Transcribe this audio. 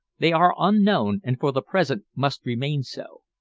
they are unknown, and for the present must remain so.